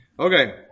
Okay